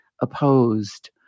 opposed